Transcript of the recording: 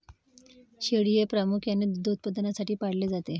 शेळी हे प्रामुख्याने दूध उत्पादनासाठी पाळले जाते